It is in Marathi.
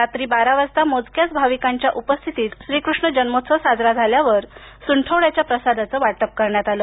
रात्री बारा वाजता मोजक्याच भाविकांच्या उपस्थितीत श्रीकष्ण जन्मोत्सव साजरा झाल्यावर सुंठवड्याच्या प्रसादाचं वाटप करण्यात आलं